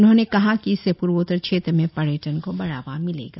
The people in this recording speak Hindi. उन्होंने कहा कि इससे पूर्वोत्तर क्षेत्र में पर्यटन को बढ़ावा मिलेगा